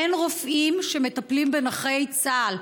אין רופאים שמטפלים בנכי צה"ל,